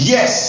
Yes